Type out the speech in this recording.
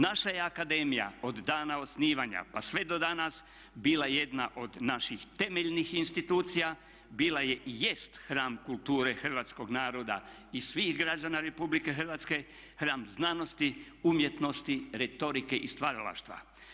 Naša je akademija od dana osnivanja pa sve do danas bila jedna od naših temeljnih institucija, bila je i jest hram kulture hrvatskog naroda i svih građana Republike Hrvatske, hram znanosti, umjetnosti, retorike i stvaralaštva.